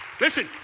Listen